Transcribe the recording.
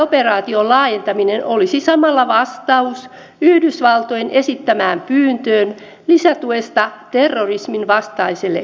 kriisinhallintaoperaation laajentaminen olisi samalla vastaus yhdysvaltojen esittämään pyyntöön lisätuesta terrorismin vastaiselle koalitiolle